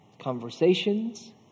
conversations